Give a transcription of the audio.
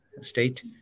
state